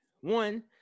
one